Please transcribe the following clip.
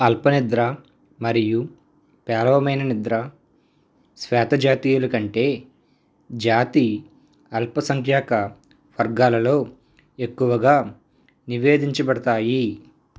అల్ప నిద్ర మరియు పేలవమైన నిద్ర శ్వేతజాతీయుల కంటే జాతి అల్పసంఖ్యాక వర్గాలలో ఎక్కువగా నివేదించబడతాయి